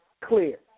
clear